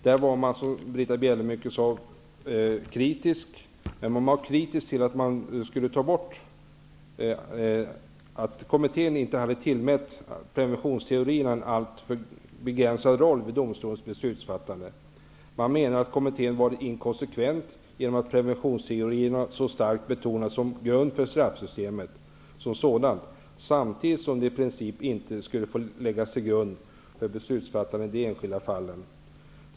Precis som Britta Bjelle påpekade var man var kritisk till att kommittén hade tillmätt preventionsteorierna en alltför begränsad roll vid domstolens beslutsfattande. Man menar att kommittén varit inkonsekvent genom att så starkt betona preventionsteorierna som grund för straffsystemet som sådant, samtidigt som de i princip inte skulle få ligga till grund för beslutsfattande i de enskilda fallen.